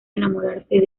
enamorarse